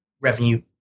revenue